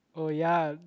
oh ya